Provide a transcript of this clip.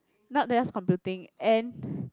not desk computing and